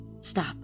Stop